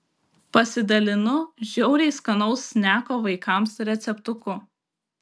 pasidalinu žiauriai skanaus sneko vaikams receptuku